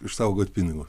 išsaugot pinigus